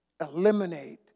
eliminate